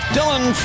Dylan